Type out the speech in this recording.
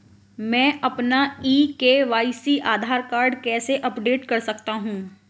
मैं अपना e KYC Aadhaar card कैसे अपडेट कर सकता हूँ?